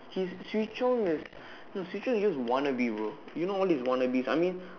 he's Swee-Chong no Swee-Chong is just wannabe bro you know all his wannabes